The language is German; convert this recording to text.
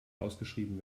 ausgeschrieben